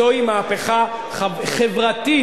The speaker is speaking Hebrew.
זו מהפכה חברתית,